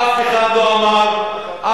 אף אחד לא אמר כאן,